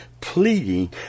pleading